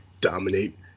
dominate